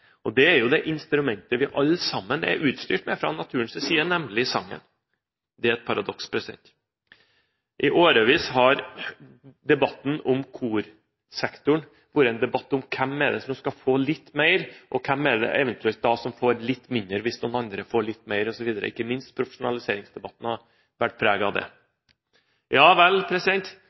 Det er jo det instrumentet vi alle sammen er utstyrt med fra naturens side, nemlig sangen. Det er et paradoks. I årevis har debatten om korsektoren vært en debatt om hvem som skal få litt mer, og hvem som eventuelt da får litt mindre, hvis noen andre får litt mer osv. Ikke minst profesjonaliseringsdebatten har vært preget av det.